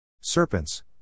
Serpents